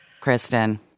Kristen